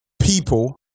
people